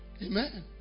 Amen